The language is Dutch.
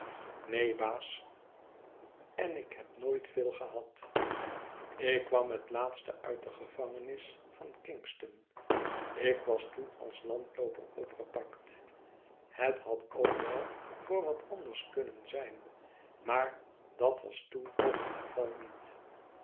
neen baas en ik heb nooit veel gehad ik kwam het laatst uit de gevangenis van kingston ik was toenals landlooper opgepakt het had ook wel voor wat anders kunnen zijn maar dat was toen toch het geval niet